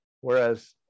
Whereas